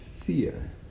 fear